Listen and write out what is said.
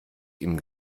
ihm